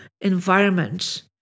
environment